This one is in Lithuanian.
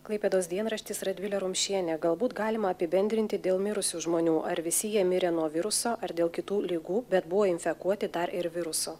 klaipėdos dienraštis radvilė rumšienė galbūt galima apibendrinti dėl mirusių žmonių ar visi jie mirė nuo viruso ar dėl kitų ligų bet buvo infekuoti dar ir viruso